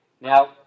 Now